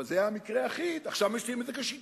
אבל זה היה מקרה יחיד, עכשיו מציעים את זה כשיטה.